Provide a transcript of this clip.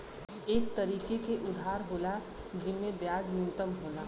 एक तरीके के उधार होला जिम्मे ब्याज न्यूनतम होला